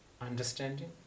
understanding